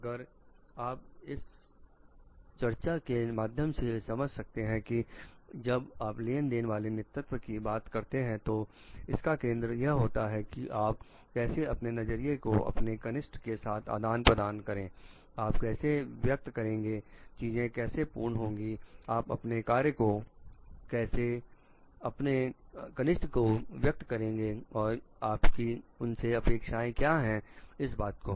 अगर आप इस चर्चा के माध्यम से समझ सकते हैं कि जब आप लेनदेन वाले नेतृत्व की बात करते हैं तो इसका केंद्र यह होता है कि आप कैसे अपने नजरिए को अपने कनिष्ठ के साथ आदान प्रदान करेंगे आप कैसे व्यक्त करेंगे चीजें कैसे पूर्ण होंगी आप अपने कार्य को कैसे अपने कनिष्ठ को व्यक्त करेंगे और आपकी उनसे अपेक्षाएं क्या है इस बात को